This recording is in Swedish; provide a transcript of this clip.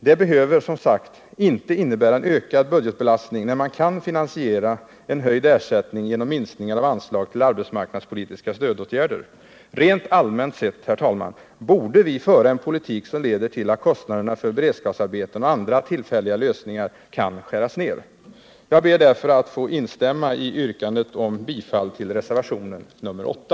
Det behöver som sagt inte innebära en ökad budgetbelastning när man kan finansiera en höjd ersättning genom minskningar av anslag till arbetsmarknadspolitiska stödåtgärder. Rent allmänt sett, herr talman, borde vi föra en politik som leder till att kostnaderna för beredskapsarbeten och andra tillfälliga lösningar kan skäras ner. Jag ber därför att få instämma i yrkandet om bifall till reservationen 8.